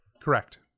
Correct